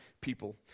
people